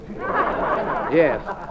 Yes